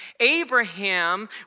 Abraham